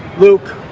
luke.